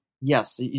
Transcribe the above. yes